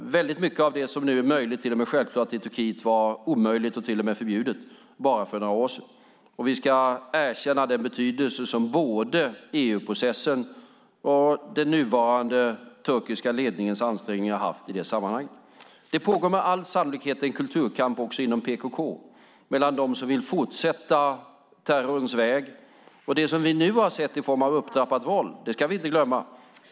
Mycket av det som nu är möjligt och till och med självklart i Turkiet var omöjligt och till och med förbjudet för bara några år sedan. Vi ska erkänna den betydelse som både EU-processen och den nuvarande turkiska ledningens ansträngningar har haft i sammanhanget. Det pågår med all sannolikhet en kulturkamp också inom PKK. Det handlar om dem som vill fortsätta terrorns väg och om det som vi nu har sett i form av upptrappat våld - det ska vi inte glömma.